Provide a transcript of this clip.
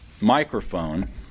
microphone